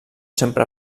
sempre